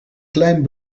klein